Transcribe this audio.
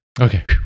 Okay